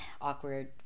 awkward